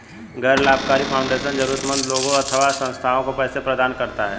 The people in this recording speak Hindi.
गैर लाभकारी फाउंडेशन जरूरतमन्द लोगों अथवा संस्थाओं को पैसे प्रदान करता है